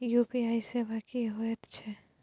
UPI सेवा की होयत छै?